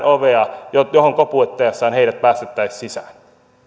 ovea johon heidän koputtaessaan heidät päästettäisiin sisään